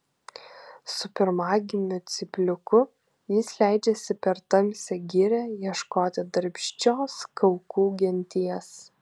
su pirmagimiu cypliuku jis leidžiasi per tamsią girią ieškoti darbščios kaukų genties